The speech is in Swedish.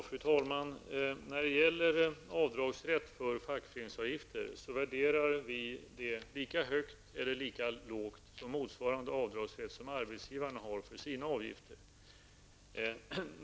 Fru talman! Vi värderar avdragsrätt för fackföreningsavgifter lika högt eller lika lågt som motsvarande avdragsrätt som arbetsgivaren har för sina avgifter.